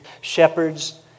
shepherds